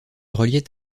reliait